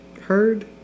heard